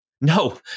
No